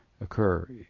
occur